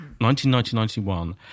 1991